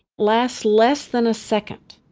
lasts less than a second